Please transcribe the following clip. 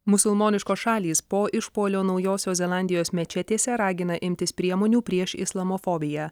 musulmoniškos šalys po išpuolio naujosios zelandijos mečetėse ragina imtis priemonių prieš islamofobiją